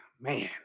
man